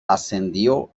ascendió